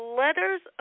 letters